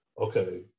okay